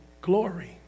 glory